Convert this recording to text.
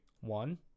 One